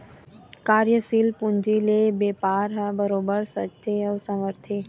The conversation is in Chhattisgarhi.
कार्यसील पूंजी ले बेपार ह बरोबर सजथे अउ संवरथे